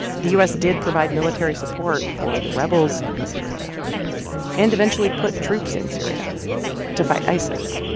the u s. did provide military support for the rebels in syria and eventually put troops in syria to fight isis.